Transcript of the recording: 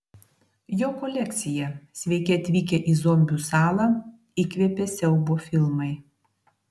jo kolekciją sveiki atvykę į zombių salą įkvėpė siaubo filmai